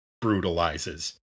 brutalizes